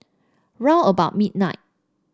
round about midnight